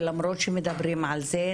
ולמרות שמדברים על זה,